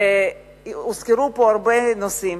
הוזכרו פה הרבה נושאים,